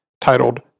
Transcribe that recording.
titled